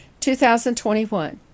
2021